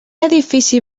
edifici